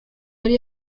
yari